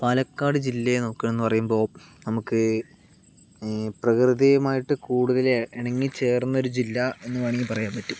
പാലക്കാട് ജില്ലയെ നോക്കാണെന്നു പറയുമ്പോൾ നമുക്ക് പ്രകൃതിയുമായിട്ടു കൂടുതൽ ഇണങ്ങിച്ചേർന്നൊരു ജില്ല എന്നു വേണമെങ്കിൽ പറയാന് പറ്റും